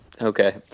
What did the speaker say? Okay